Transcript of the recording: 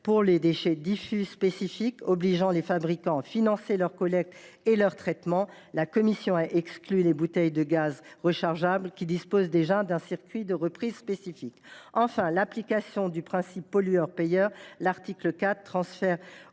REP des déchets diffus spécifiques, obligeant les fabricants à financer leur collecte et leur traitement. La commission a exclu les bouteilles de gaz rechargeables, qui disposent déjà d’un circuit de reprise spécifique. Enfin, l’application du principe pollueur payeur : l’article 4 transfère